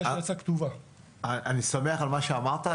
אני שמח על מה שאמרת.